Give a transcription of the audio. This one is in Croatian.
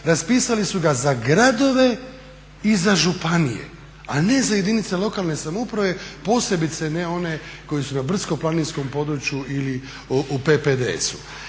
raspisali su ga za gradove i za županije, a ne za jedinice lokalne samouprave, posebice ne one koji su na brdsko-planinskom području ili u PPDS-u.